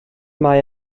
mae